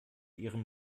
ihrem